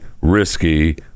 risky